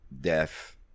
death